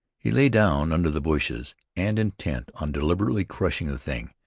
he lay down under the bushes, and, intent on deliberately crushing the thing,